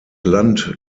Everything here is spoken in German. land